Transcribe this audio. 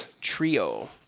Trio